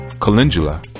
calendula